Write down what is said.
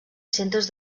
centres